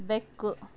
ಬೆಕ್ಕು